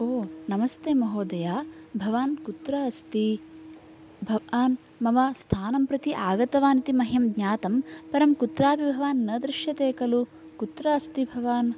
ओ नमस्ते महोदय भवान् कुत्र अस्ति भवान् मम स्थानं प्रति आगतवान् इति मह्यं ज्ञातं परं कुत्रापि भवान् न दृश्यते खलु कुत्र अस्ति भवान्